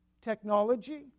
technology